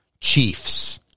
Chiefs